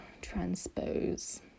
transpose